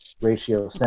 ratio